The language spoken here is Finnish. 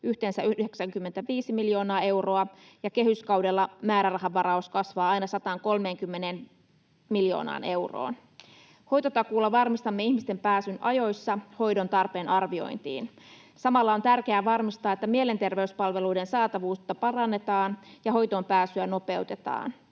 yhteensä 95 miljoonaa euroa, ja kehyskaudella määrärahavaraus kasvaa aina 130 miljoonaan euroon. Hoitotakuulla varmistamme ihmisten pääsyn ajoissa hoidon tarpeen arviointiin. Samalla on tärkeää varmistaa, että mielenterveyspalveluiden saatavuutta parannetaan ja hoitoonpääsyä nopeutetaan.